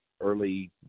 early